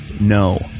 no